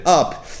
up